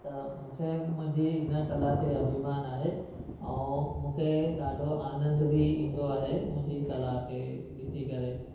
त मूंखे मुंहिंजी इन कला ते अभिमान आहे ऐं मूंखे ॾाढो आनंद बि ईंदो आहे कला खे ॾिसी करे